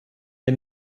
der